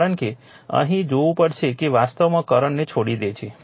કારણ કે અહીં જોવું પડશે કે વાસ્તવમાં કરંટને છોડી દે છે